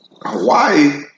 Hawaii